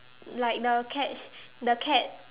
like the cats the cat